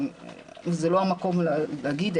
זה לא המקום להגיד,